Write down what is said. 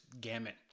gamut